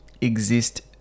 exist